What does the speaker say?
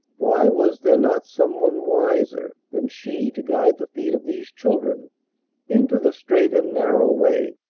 why was there not some one wiser than she to guide the feet of these children into the straight and narrow way?